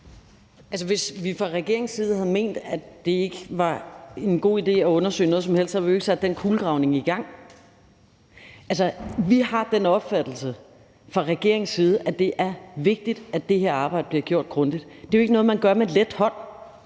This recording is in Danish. Hvis vi fra regeringens side havde ment, at det ikke var en god idé at undersøge noget som helst, så havde vi jo ikke sat den kulegravning i gang. Vi har den opfattelse fra regeringens side, at det er vigtigt, at det her arbejde bliver gjort grundigt. Det er jo ikke noget, man gør med let hånd.